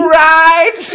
right